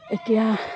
এতিয়া